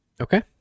okay